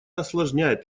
осложняет